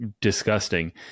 disgusting